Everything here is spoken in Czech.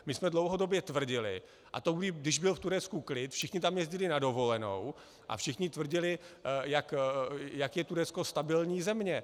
My jsme dlouhodobě tvrdili a to i když byl v Turecku klid, všichni tam jezdili na dovolenou a všichni tvrdili, jak je Turecko stabilní země.